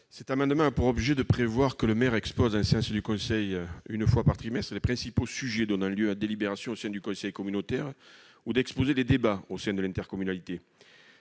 Cet amendement a pour objet de prévoir que le maire expose en séance du conseil, une fois par trimestre, les principaux sujets donnant lieu à délibération du conseil communautaire et la teneur des débats au sein de l'intercommunalité.